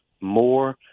more